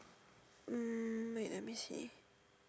mm wait let me see